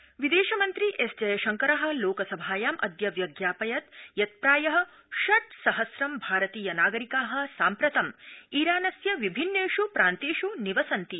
विदेशमन्त्री विदेशमन्त्री एस जयशंकर लोकसभायामद्य व्यज्ञापयत् यत् प्राय षट् सहस्रं भारतीय नागरिका साम्प्रतं ईरानस्य विभिन्नेष् प्रान्तेष् निवसन्ति